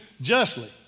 justly